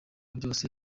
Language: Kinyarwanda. byose